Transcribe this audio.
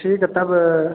ठीक है तब